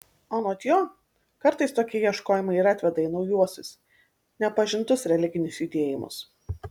anot jo kartais tokie ieškojimai ir atveda į naujuosius nepažintus religinius judėjimus